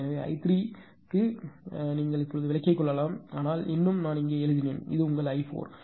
எனவே இது i3 க்கு விலக்கி கொள்ளலாம் ஆனால் இன்னும் நான் இங்கே எழுதினேன் இது உங்கள் i4